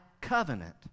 covenant